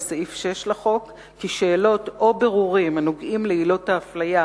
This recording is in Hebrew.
כי "שאלות או בירורים הנוגעים לעילות ההפליה,